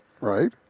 right